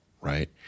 right